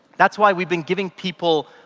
that's why we've been giving people